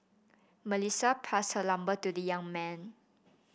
Melissa passed her number to the young man